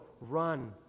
run